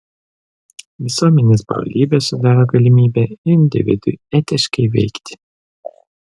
visuomenės brolybė sudaro galimybę individui etiškai veikti